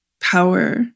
power